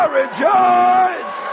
rejoice